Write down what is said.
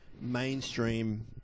mainstream